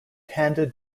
handed